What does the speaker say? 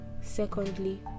secondly